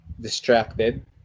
distracted